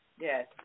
Yes